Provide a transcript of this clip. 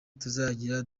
tuzagira